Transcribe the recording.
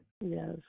Yes